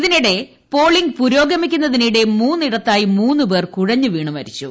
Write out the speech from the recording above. ഇതിനിടെ പോളിംഗ് പുരോഗമിക്കുന്നതിനിടെ മൂന്നിടത്തായി മൂന്ന് പേർ കുഴഞ്ഞ് വീണ് മരിച്ചു